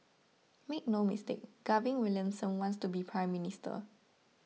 make no mistake Gavin Williamson wants to be Prime Minister